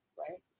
right